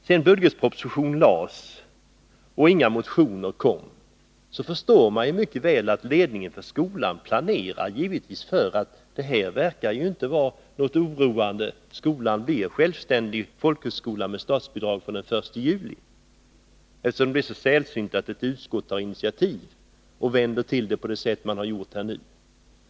Sedan budgetpropositionen lagts fram och inga motioner kommit förstår man mycket väl att ledningen för skolan givetvis planerar efter detta och säger sig att läget inte verkar vara oroande utan att skolan kommer att bli självständig folkhögskola med statsbidrag från den 1 juli. Det är ju sällsynt att utskott vänder till det på det sätt som utskottet har gjort i det här fallet.